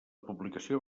publicació